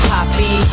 Poppy